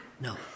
No